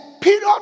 period